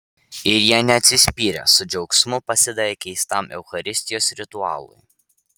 ir jie neatsispyrė su džiaugsmu pasidavė keistam eucharistijos ritualui